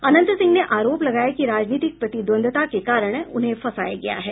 अनंत सिंह ने आरोप लगाया कि राजनीतिक प्रतिद्धंदता के कारण उन्हें फंसाया गया है